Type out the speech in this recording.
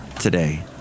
today